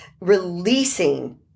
releasing